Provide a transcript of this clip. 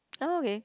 oh okay